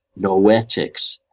noetics